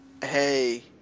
hey